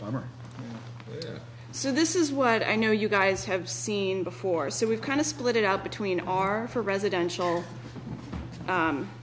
or so this is what i know you guys have seen before so we've kind of split it out between our for residential